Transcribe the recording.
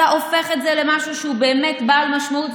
אתה הופך את זה למשהו שהוא באמת בעל משמעות,